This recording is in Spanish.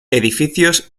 edificios